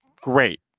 great